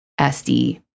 SD